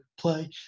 play